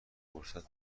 فرصت